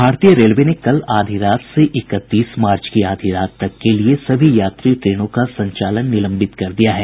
भारतीय रेलवे ने कल आधी रात से इकतीस मार्च की आधी रात तक के लिए सभी यात्री ट्रेनों का संचालन निलंबित कर दिया है